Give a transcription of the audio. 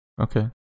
Okay